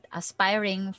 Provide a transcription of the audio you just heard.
aspiring